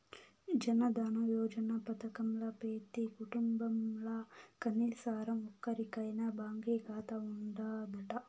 జనదన యోజన పదకంల పెతీ కుటుంబంల కనీసరం ఒక్కోరికైనా బాంకీ కాతా ఉండాదట